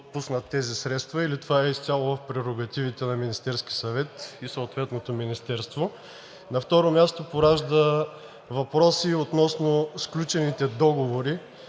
отпуснат тези средства, или това е изцяло в прерогативите на Министерския съвет и съответното министерство. На второ място, поражда въпроси относно сключените договори.